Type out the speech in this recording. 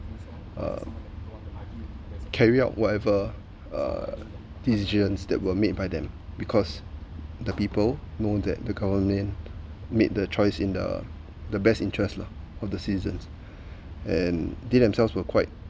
uh carry out whatever uh decisions that were made by them because the people know that the government made the choice in the the best interests of the seasons and did themselves were quite